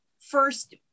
first